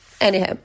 Anyhow